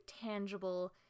tangible